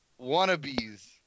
wannabes